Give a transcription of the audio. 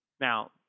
Now